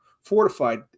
fortified